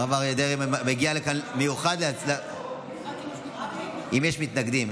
הרב אריה דרעי הגיע לכאן במיוחד, אם יש מתנגדים.